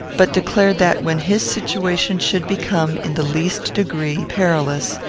but declared that, when his situation should become, in the least degree, perilous,